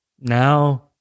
Now